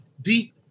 deep